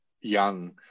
young